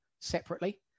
separately